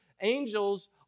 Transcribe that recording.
angels